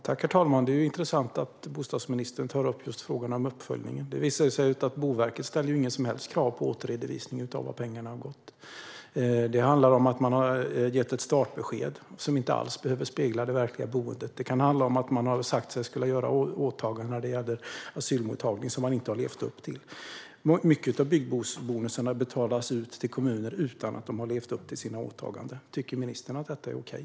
Herr talman! Det är intressant att bostadsministern tar upp frågan om uppföljning. Det visar ju sig att Boverket inte ställer något som helst krav på återredovisning av vart pengarna har gått. Det handlar om att man har gett ett startbesked som inte alls behöver spegla det verkliga boendet. Det kan handla om att man har sagt att man ska göra åtaganden när det gäller asylmottagning, som man inte har levt upp till. Mycket av byggbonusen betalas ut till kommuner utan att de har levt upp till sina åtaganden. Tycker ministern att detta är okej?